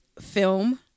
Film